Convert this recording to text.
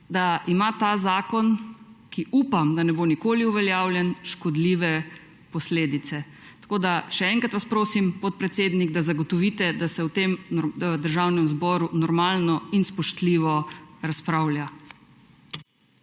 da ima ta zakon, ki upam, da ne bo nikoli uveljavljen, škodljive posledice. Tako vas še enkrat prosim, podpredsednik, da zagotovite, da se v tem državnem zboru normalno in spoštljivo razpravlja.